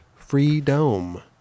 Freedome